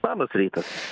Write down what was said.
labas rytas